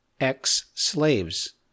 ex-slaves